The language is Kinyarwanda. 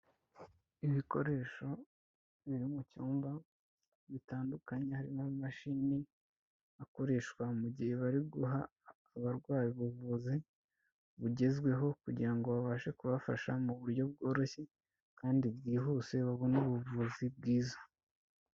Ibikoresho biri mu cyumba bitandukanye, harimo amamashini akoreshwa mu gihe bari guha abarwayi ubuvuzi bugezweho kugira ngo babashe kubafasha mu buryo bworoshye kandi bwihuse babone ubuvuzi bwiza.